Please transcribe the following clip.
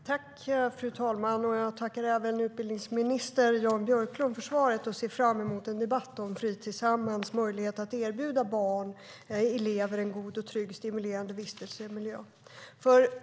Fru talman! Jag tackar utbildningsminister Jan Björklund för svaret och ser fram emot en debatt om fritidshemmens möjlighet att erbjuda barn och elever en god, trygg och stimulerande vistelsemiljö.